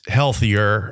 healthier